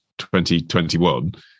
2021